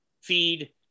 feed